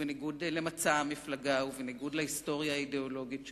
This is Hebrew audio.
ובניגוד למצע המפלגה ובניגוד להיסטוריה האידיאולוגית שלה,